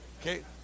Okay